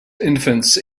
infants